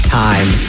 time